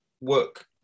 work